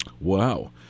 Wow